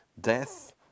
Death